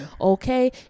Okay